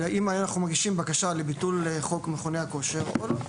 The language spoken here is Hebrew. מגישים בקשה לביטול חוק מכוני הכושר או לא.